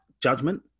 judgment